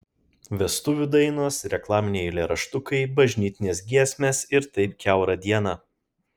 vestuvių dainos reklaminiai eilėraštukai bažnytinės giesmės ir taip kiaurą dieną